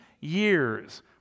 years